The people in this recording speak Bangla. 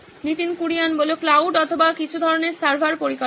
নীতিন কুরিয়ান ক্লাউড অথবা কিছু ধরনের সার্ভার পরিকাঠামো